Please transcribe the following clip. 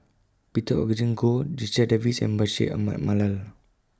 Peter Augustine Goh Checha Davies and Bashir Ahmad Mallal